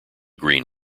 green